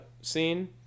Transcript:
scene